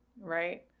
right